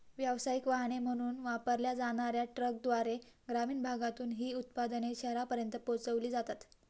व्यावसायिक वाहने म्हणून वापरल्या जाणार्या ट्रकद्वारे ग्रामीण भागातून ही उत्पादने शहरांपर्यंत पोहोचविली जातात